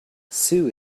sue